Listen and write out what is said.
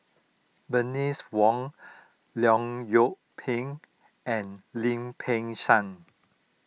Bernice Wong Leong Yoon Pin and Lim Peng Siang